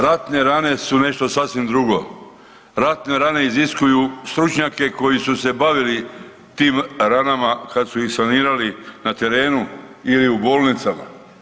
Ratne rane su nešto sasvim drugo, ratne rane iziskuju stručnjake koji su se bavili tim ranama kad su ih sanirali na terenu ili u bolnicama.